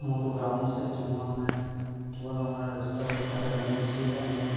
મોટું ગ્રાઉન્ડ છે તેમાં અમે ફૂટબોલ અમારા દોસ્તાર લોક સાથે રમીએ છીએ અને